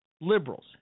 Liberals